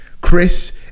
Chris